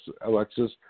Alexis